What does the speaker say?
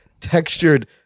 textured